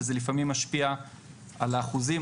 ולפעמים זה משפיע על האחוזים,